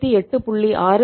6 ஆகும்